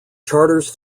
charters